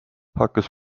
hakkas